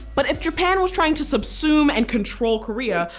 but if japan was trying to subsume and control korea,